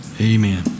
amen